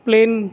plane